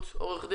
הסביר.